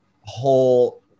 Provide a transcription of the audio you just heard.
whole